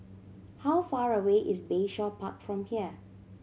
how far away is Bayshore Park from here